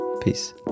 Peace